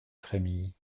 frémilly